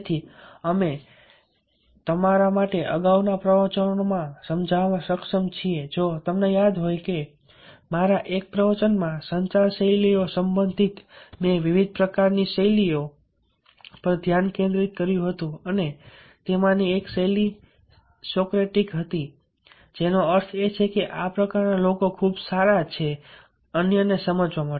તેથી અમે મારા અગાઉના પ્રવચનોમાં સમજાવવામાં સક્ષમ છીએ જો તમને યાદ હોય કે મારા એક પ્રવચનમાં સંચાર શૈલીઓ સંબંધિત મેં વિવિધ પ્રકારની શૈલીઓ પર ધ્યાન કેન્દ્રિત કર્યું હતું અને તેમાંથી એક શૈલી સોક્રેટિક હતી જેનો અર્થ છે કે આ પ્રકારના લોકો ખૂબ સારા છે અન્યને સમજાવવા માટે